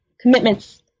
commitments